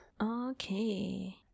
Okay